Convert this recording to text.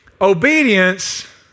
Obedience